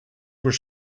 were